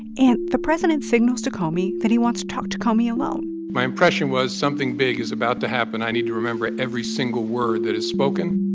and the president signals to comey that he wants to talk to comey alone my impression was something something big is about to happen. i need to remember every single word that is spoken